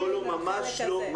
לא, ממש לא.